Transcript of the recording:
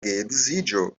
geedziĝo